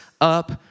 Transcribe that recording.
up